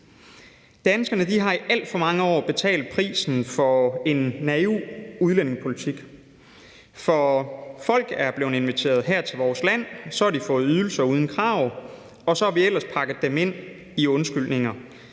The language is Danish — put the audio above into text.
Danskerne har i alt for mange år betalt prisen for en naiv udlændingepolitik. Folk er blevet inviteret her til vores land og har fået ydelser uden krav, og så har vi ellers pakket dem ind i undskyldninger.